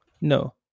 No